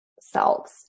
selves